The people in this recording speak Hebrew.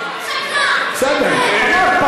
הוא שקרן,